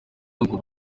ngo